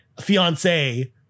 fiance